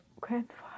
grandfather